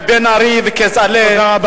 עם בן-ארי וכצל'ה.